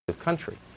country